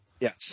Yes